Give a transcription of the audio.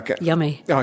Yummy